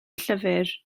llyfr